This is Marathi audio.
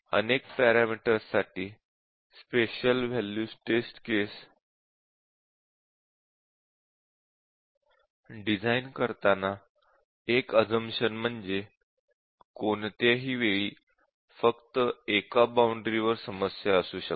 अनेक पॅरामीटर्ससाठी special value test cases design करताना एक अझम्पशन म्हणजे कोणत्याही वेळी फक्त एका बाउंडरी वर समस्या असू शकते